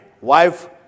wife